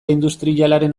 industrialaren